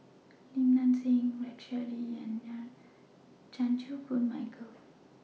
Lim Nang Seng Rex Shelley and Chan Chew Koon Michael